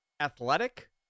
athletic